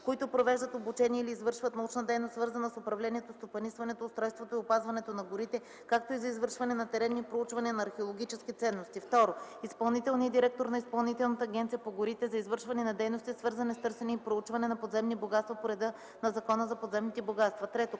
които провеждат обучение или извършват научна дейност, свързани с управлението, стопанисването, устройството и опазването на горите, както и за извършване на теренни проучвания на археологически ценности; 2. изпълнителния директор на Изпълнителната агенция по горите – за извършване на дейности, свързани с търсене и проучване на подземни богатства по реда на Закона за подземните богатства; 3.